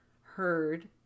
heard